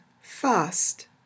fast